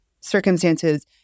circumstances